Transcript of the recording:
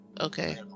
Okay